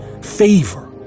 favor